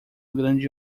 grande